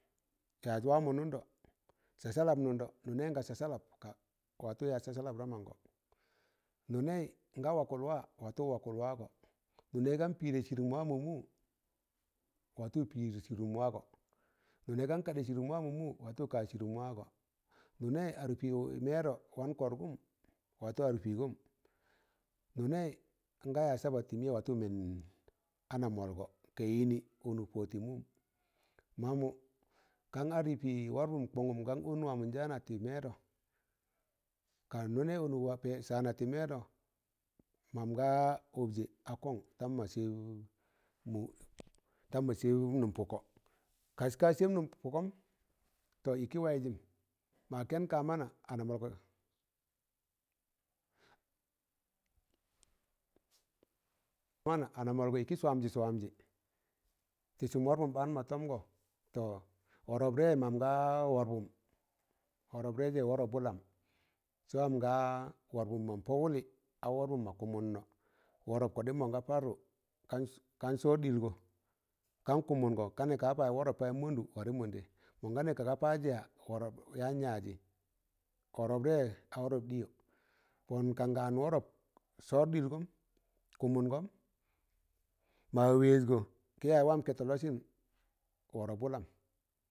Yaz wa mọ nụndọ, sassalap nụndọ, nụnẹị nga sassalap, watu ya sassalap da mangọ, nụnẹị nga wakụl wa, watu wakụl waa gọ, nụnẹị gan pịịdẹ sịrụm wa mọ mụ, watu pịịd sịrụm waa gọ, nụnẹị gan kaɗẹ sịrum wa mọ mụ, watu kad sịrụm wa gọ, nụnẹị adụk pị mẹẹ dọ wan kọrgụm, watu aduk pigom, nunai nga ar saba ma watu mẹnd anọ mọlgọ, ka yịnị ọnụk pọ tị mụm, ma mụ kan adị pị wọrpụm kọnụm gan ọn waatị mẹẹdọ, ka nụnẹị ọnọk saana tị mẹẹdọị mam ga ọbjẹ a kọng ndam ma sẹb nụm pụkọ kak ka sẹb nụm pụkọm tọ ịkị waịzịm, ma kẹn ka mana ana mọlgọ ana mọlgọ ịkị swamjị swamjị tị sụm wọrpụm baan mọ tọmgọ, tọ wọrọp dẹ mam ga wọrbụm, wọrọp de je a ̣wọrọp wụlam sẹ wam ga wọrbụm mọn pọ wụlị a wọrpụm mọ kụmụn nọ, wọrọp kọɗịm mọnga parnụ kan sọọd ɗilgọ kan kụmụn gọ ka nẹ gan paz wọrọp paij̣ mọndụ ware monde, mọn ga nẹ ka ga paz ya, yaan yajị, wọrọp dẹ a wọrọp ɗịịyọ, pọn kan ga an wọrọp sọọd ɗilgọm, kụmụn gọm ma wẹẹz gọ kị yaz wam kẹtọ lọsịn, wọrọp wụlam